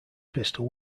pistol